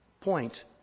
point